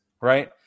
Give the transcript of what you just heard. Right